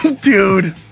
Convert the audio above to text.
dude